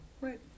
right